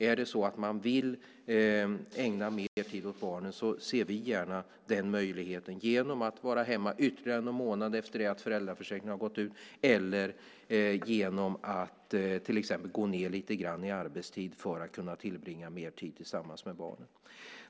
Om man vill ägna mer tid åt barnen ser vi gärna den möjligheten, genom att vara hemma ytterligare någon månad efter det att föräldraförsäkringen har gått ut eller genom att till exempel gå ned lite grann i arbetstid för att tillbringa mer tid tillsammans med barnen.